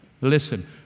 Listen